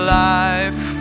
life